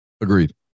Agreed